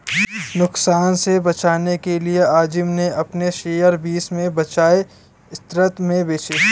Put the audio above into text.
नुकसान से बचने के लिए अज़ीम ने अपने शेयर बीस के बजाए सत्रह में बेचे